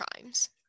crimes